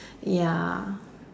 ya